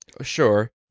sure